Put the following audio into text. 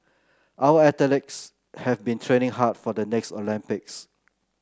our athletes have been training hard for the next Olympics